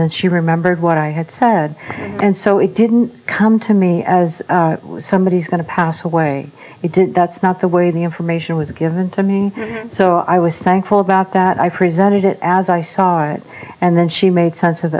then she remembered what i had said and so it didn't come to me as somebody is going to pass away it didn't that's not the way the information was given to me so i was thankful about that i presented it as i saw it and then she made sense of